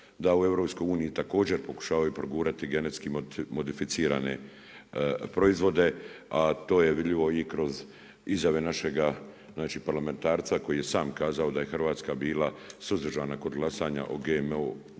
da u EU također pokušavaju progurati GMO proizvode, a to je vidljivo iz ovog našeg parlamentarca koji je sam kazao da je Hrvatska bila suzdržana kod glasanja o GMO u